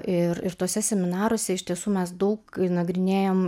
ir ir tuose seminaruose iš tiesų mes daug nagrinėjom